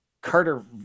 Carter